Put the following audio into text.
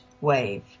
wave